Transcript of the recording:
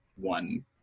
one